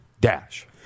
dash